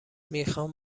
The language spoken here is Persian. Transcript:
میخوام